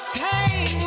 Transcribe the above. pain